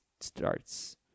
starts